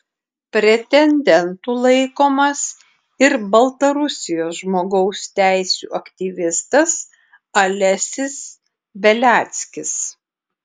pretendentu laikomas ir baltarusijos žmogaus teisių aktyvistas alesis beliackis